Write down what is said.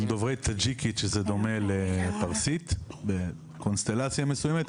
הם דוברי טאג'יקית שזה דומה לפרסית בקונסטלציה מסוימת,